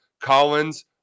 Collins